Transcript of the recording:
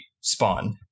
spawn